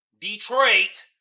Detroit